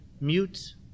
mute